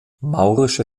maurische